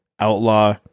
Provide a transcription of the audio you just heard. Outlaw